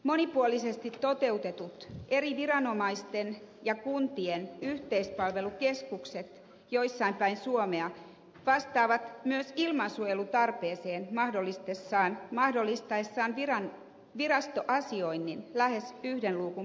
monipuolisesti toteutetut eri viranomaisten ja kuntien yhteispalvelukeskukset jossain päin suomea vastaavat myös ilmansuojelutarpeeseen mahdollistaessaan virastoasioinnin lähes yhden luukun periaatteella